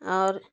और